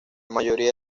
mayoría